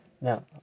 Now